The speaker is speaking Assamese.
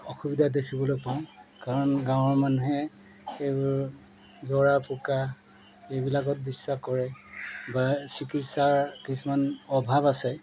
অসুবিধা দেখিবলৈ পাওঁ কাৰণ গাঁৱৰ মানুহে সেইবোৰ জৰা ফুকা এইবিলাকত বিশ্বাস কৰে বা চিকিৎসাৰ কিছুমান অভাৱ আছে